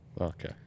Okay